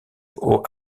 haut